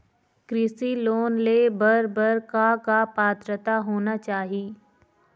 कृषि लोन ले बर बर का का पात्रता होना चाही?